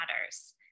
matters